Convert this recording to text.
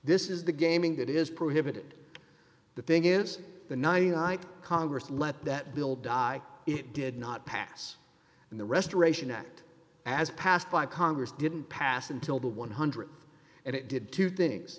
this is the gaming that is prohibited the thing is the th congress let that bill die it did not pass and the restoration act as passed by congress didn't pass until the one hundred and it did two things